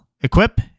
Equip